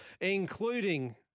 including